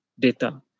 data